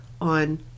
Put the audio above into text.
on